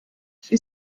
she